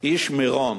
איש מירון,